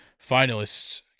finalists